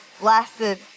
lasted